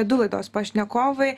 du laidos pašnekovai